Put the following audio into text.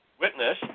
witness